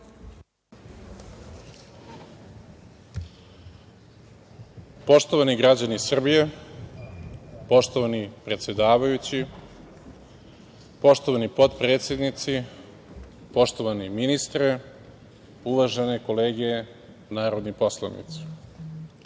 Poštovani građani Srbije, poštovani predsedavajući, poštovani potpredsednici, poštovani ministre, uvažene kolege narodni poslanici,